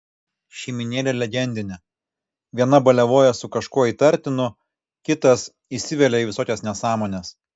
šeimynėlė legendinė viena baliavoja su kažkuo įtartinu kitas įsivelia į visokias nesąmones